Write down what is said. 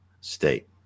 state